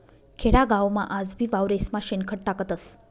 खेडागावमा आजबी वावरेस्मा शेणखत टाकतस